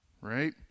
right